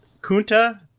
Kunta